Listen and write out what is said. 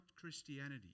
Christianity